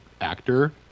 actor